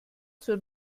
zur